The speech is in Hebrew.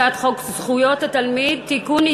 הצעת חוק זכויות התלמיד (תיקון,